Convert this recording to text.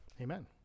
amen